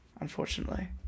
unfortunately